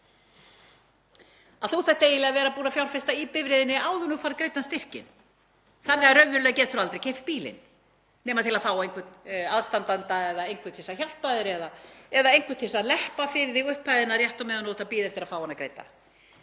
Þú þarft eiginlega að vera búinn að fjárfesta í bifreiðinni áður en þú færð greiddan styrkinn. Þannig að raunverulega getur þú aldrei keypt bílinn nema þú fáir einhvern aðstandanda eða einhvern til að hjálpa þér eða einhvern til að leppa fyrir þig upphæðina rétt á meðan þú ert að bíða eftir að fá hana greidda.